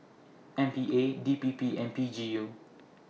M P A D P P and P G U